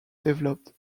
developed